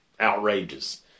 outrageous